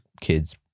kids